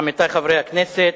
עמיתי חברי הכנסת,